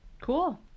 Cool